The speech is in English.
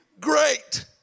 great